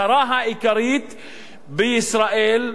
הצרה העיקרית בישראל,